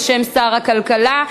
בשם שר הכלכלה.